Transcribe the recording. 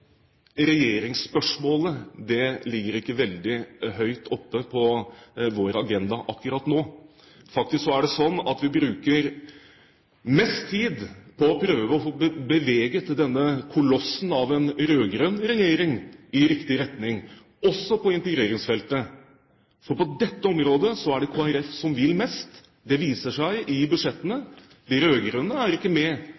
Regjeringsspørsmålet ligger ikke veldig høyt oppe på vår agenda akkurat nå. Faktisk er det sånn at vi bruker mest tid på å prøve å få beveget denne kolossen av en rød-grønn regjering i riktig retning, også på integreringsfeltet. På dette området er det Kristelig Folkeparti som vil mest. Det viser seg i